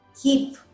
keep